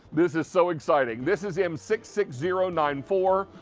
this is so exciting. this is m six six zero nine for.